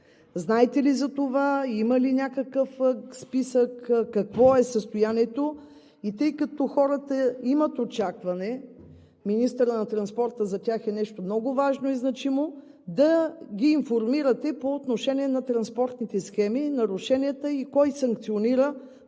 Знаете ли за това, има ли някакъв списък, какво е състоянието? Тъй като хората имат очакване, министърът на транспорта за тях е нещо много важно и значимо, да ги информирате по отношение на транспортните схеми, нарушенията и кой санкционира това нарушение,